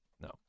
No